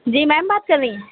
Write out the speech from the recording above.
جی ma'am بات کر رہی